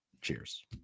Cheers